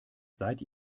seid